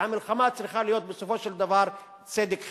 והמלחמה צריכה להיות בסופו של דבר צדק חברתי.